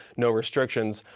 no restrictions.